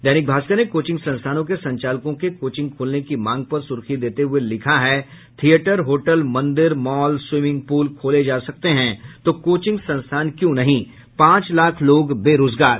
दैनिक भास्कर ने कोचिंग संस्थानों के संचालकों के कोचिंग खोलने की मांग पर सुर्खी देते हुए लिखा है थियेटर होटल मंदिर मॉल स्वीमिंग पूल खोले जा सकते हैं तो कोचिंग संस्थान क्यों नहीं पांच लाख लोग बेरोजगार